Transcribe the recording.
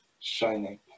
shining